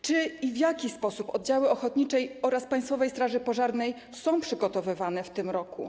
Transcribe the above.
Czy i w jaki sposób oddziały straży ochotniczej oraz Państwowej Straży Pożarnej są przygotowane w tym roku?